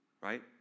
right